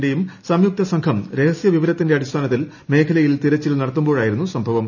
ന്റെയും സംയുക്ത സംഘം രഹസ്യ വിവരത്തിന്റെ അടിസ്ഥാനത്തിൽ മേഖലയീൽ തിരച്ചിൽ നടത്തുമ്പോഴായിരുന്നു സംഭവം